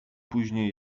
później